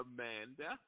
Amanda